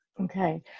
Okay